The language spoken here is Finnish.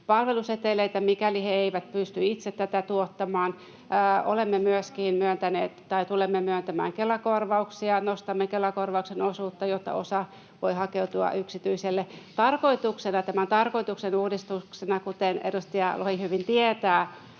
palveluseteleitä, mikäli he eivät pysty itse tätä tuottamaan. Olemme myöskin myöntäneet tai tulemme myöntämään Kela-korvauksia, eli nostamme Kela-korvauksen osuutta, jotta osa voi hakeutua yksityiselle. Tämän uudistuksen tarkoituksena, kuten edustaja Lohi hyvin tietää,